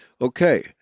Okay